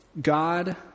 God